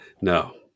No